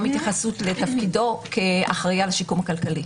התייחסות לתפקידו כאחראי על שיקום כלכלי.